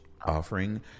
offering